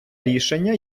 рішення